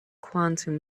quantum